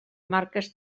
marques